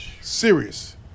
serious